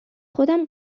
خودم